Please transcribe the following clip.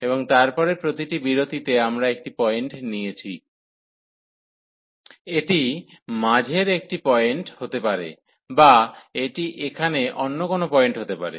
এবং তারপরে প্রতিটি বিরতিতে আমরা একটি পয়েন্ট নিয়েছি এটি মাঝের একটি পয়েন্ট হতে পারে বা এটি এখানে অন্য কোনও পয়েন্ট হতে পারে